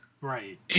Right